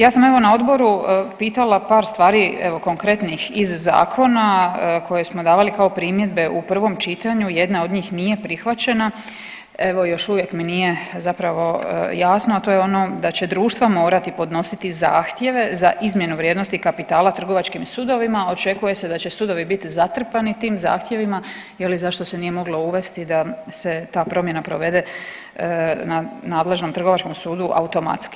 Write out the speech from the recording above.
Ja sam evo na odboru pitala par stvari evo konkretnih iz zakona koje smo davali kao primjedbe u prvom čitanju, jedna od njih nije prihvaćena, evo još uvijek mi nije zapravo jasno, a to je ono da će društvo morati podnositi zahtjeve za izmjenu vrijednosti kapitala trgovačkim sudovima, očekuje se da će sudovi bit zatrpani tim zahtjevima je li zašto se nije moglo uvesti da se ta promjena provede na nadležnom trgovačkom sudu automatski.